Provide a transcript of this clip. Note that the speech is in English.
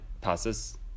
passes